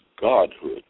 godhood